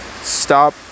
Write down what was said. stop